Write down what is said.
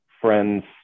friends